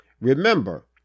remember